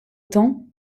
temps